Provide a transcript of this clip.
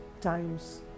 times